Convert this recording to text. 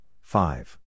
five